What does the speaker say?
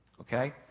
Okay